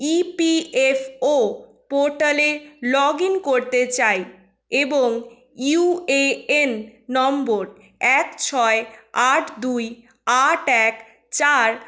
ই P F O পোর্টালে log in করতে চাই এবং ইউ এ এন নম্বর এক ছয় আট দুই আট এক চার